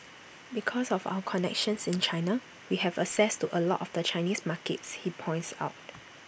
because of our connections in China we have access to A lot of the Chinese markets he points out